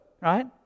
right